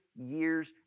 years